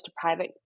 private